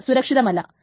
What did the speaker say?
അത് സുരക്ഷിതമല്ല